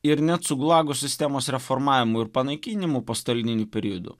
ir net su gulagų sistemos reformavimu ir panaikinimu postalininiu periodu